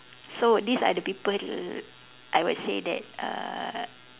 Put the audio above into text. so these are the people I would say that uh